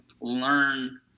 learn